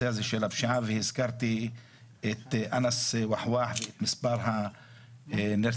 הזה של הפשיעה והזכרתי את אנאס אלוחואח ואת מספר הנרצחים,